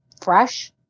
fresh